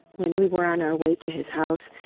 when we were on our way to his house,